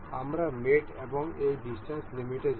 আমরা মেট এবং এই ডিসট্যান্স লিমিটে যাব